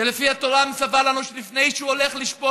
שלפי התורה מצווה לנו שלפני שהוא הולך לשפוט